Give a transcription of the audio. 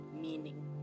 meaning